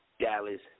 Dallas